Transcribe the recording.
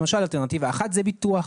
למשל, אלטרנטיבה אחת זה ביטוח.